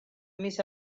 miss